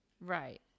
right